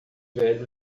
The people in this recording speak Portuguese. velho